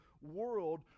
world